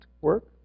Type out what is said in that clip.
work